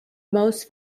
most